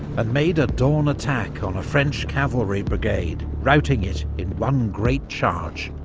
and made a dawn attack on a french cavalry brigade, routing it in one great charge.